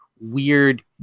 weird